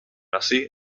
así